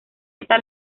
esta